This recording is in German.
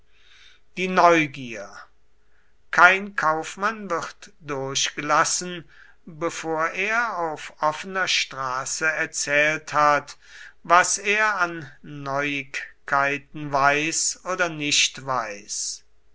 die neugier kein kaufmann wird durchgelassen bevor er auf offener straße erzählt hat was er an neuigkeiten weiß oder nicht weiß